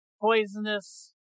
poisonous